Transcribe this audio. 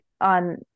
on